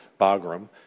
Bagram